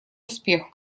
успех